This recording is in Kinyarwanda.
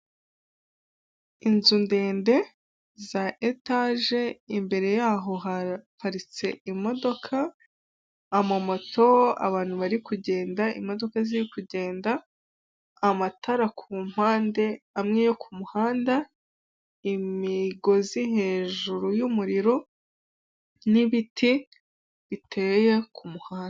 Inzu ndende za etaje imbere yaho haparitse imodoka, amamoto, abantu bari kugenda, imodoka ziri kugenda amatara ku mpande amwe yo kumuhanda, imigozi hejuru y'umuriro n'ibiti biteye ku muhanda.